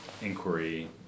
inquiry